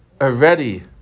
Already